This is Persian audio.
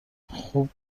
خوب